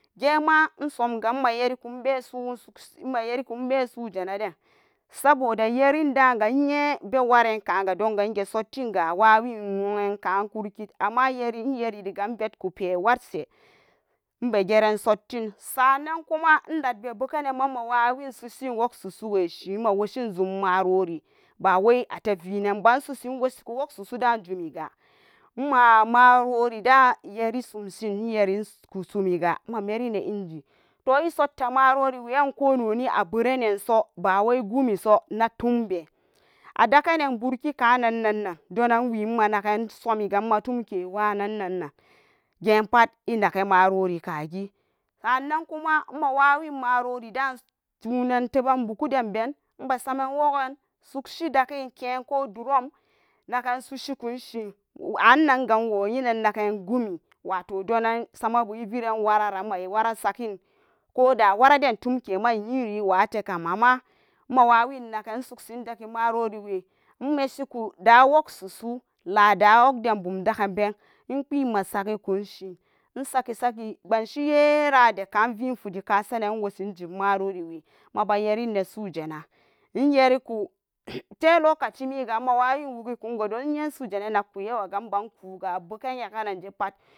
Gema isomga ima yerikunnesa isug mayirikune sujenaden, saboda yaren daga iye bewaramga donga igesottinga awawin wuyenka kurkit amma iyeririga ivenku pewatse, ibegeran sottin sa'annan kuma ilat be bugenan ma mawawin susin wog susuweshi ma washin zum marori bawai ate vinenba isushi iwasuku wogshisuda zumiga inma marorida yeri sumshin iyeriku sumiga mamerin inji, toh isutta maroriweyan aberanenso bawai gumiso na tumbe adakenen burki kanannan donan wima naganan isomiga matumke wanan nan, gepat inake marori kagi sa'anan kuma mawawin marorida tunari teban bukudan ben ibesaman wogan sugshi dakin ke ko dorom nakan sushikunshi an naga iwo yenan nagan gumi wato donan samabu viran wararan mawe wara sakin, koda waradan tumkema iyeni iwarete kam amma mawawin nakan isuksi dagi maroriwe inmesuku da wogsusu lada wogdan ban dakan ben inpi masakkunshi, isaki saki banshu yera deka vi fudi kasanan iwoshijib marori we maba yerin isujena, iyerika te lokacimi ga mawawin wugukungo don iye sujena nakku yawaga ikuga a began yagananje kab.